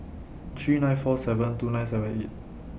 three nine four seven two nine seven eight